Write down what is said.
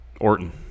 Orton